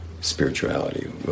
spirituality